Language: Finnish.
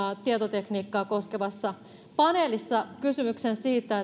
tietotekniikkaa koskevassa paneelissa kysymyksen siitä